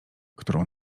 którą